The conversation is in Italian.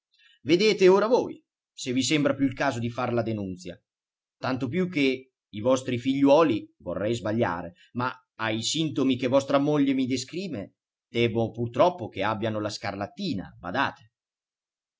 vedete ora voi se vi sembra più il caso di far la denunzia tanto più che i vostri figliuoli vorrei sbagliare ma ai sintomi che vostra moglie mi descrive temo purtroppo che abbiano la scarlattina badate